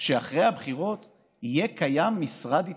שאחרי הבחירות יהיה קיים משרד התיישבות?